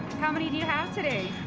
how many do you have today?